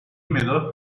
مداد